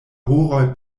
horoj